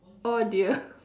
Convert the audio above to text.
oh dear